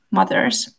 Mothers